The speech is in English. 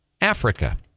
Africa